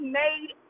made